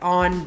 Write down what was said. on